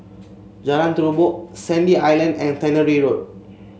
Jalan Terubok Sandy Island and Tannery Road